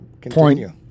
Continue